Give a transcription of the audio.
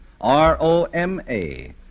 R-O-M-A